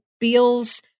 feels